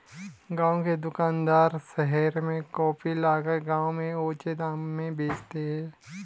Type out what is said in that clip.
गांव के दुकानदार शहर से कॉफी लाकर गांव में ऊंचे दाम में बेचते हैं